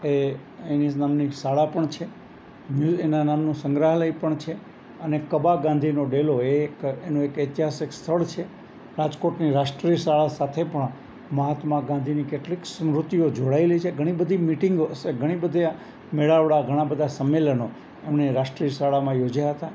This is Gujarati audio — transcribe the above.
એ એની જ નામની શાળા પણ છે એના નામનું સંગ્રહાલય પણ છે અને કબા ગાંધીનો ડેલો એ એક એનું એક ઐતિહાસિક સ્થળ છે રાજકોટની રાષ્ટ્રીય શાળા સાથે પણ મહાત્મા ગાંધીની કેટલીક સ્મૃતિઓ જોડાયેલી છે ઘણી બધી મિટિંગો હશે ઘણી બધી મેળાવડા ઘણા બધા સંમેલનો એમણે રાષ્ટ્રીય શાળામાં યોજ્યા હતા